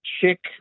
Chick